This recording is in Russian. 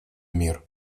мир